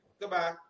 Goodbye